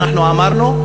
אנחנו אמרנו,